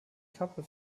kappe